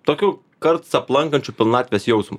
tokiu karts aplankančiu pilnatvės jausmu